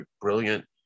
brilliant